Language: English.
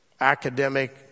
academic